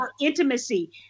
intimacy